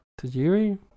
Tajiri